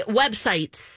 websites